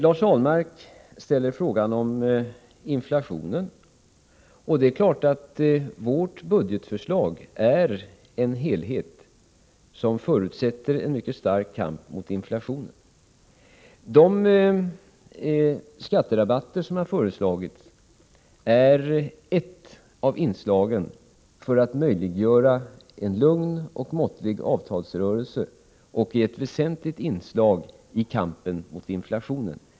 Lars Ahlmark ställer en fråga om inflationen. Det är klart att vårt budgetförslag är en helhet, och förslaget förutsätter en mycket stark kamp mot inflationen. De skatterabatter som har föreslagits är ett av inslagen för att möjliggöra en lugn och måttfull avtalsrörelse, och de är ett väsentligt inslag i kampen mot inflationen.